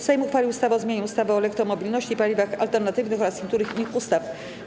Sejm uchwalił ustawę o zmianie ustawy o elektromobilności i paliwach alternatywnych oraz niektórych innych ustaw.